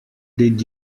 did